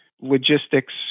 logistics